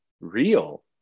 real